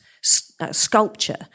sculpture